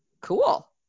Cool